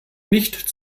nicht